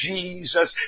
Jesus